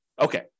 Okay